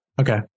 Okay